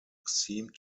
seemed